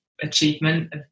achievement